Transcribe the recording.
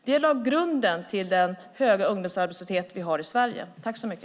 Det lade grunden till den höga ungdomsarbetslöshet vi har i Sverige.